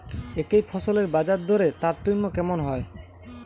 একই ফসলের বাজারদরে তারতম্য কেন হয়?